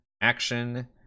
action